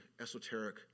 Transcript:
esoteric